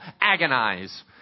agonize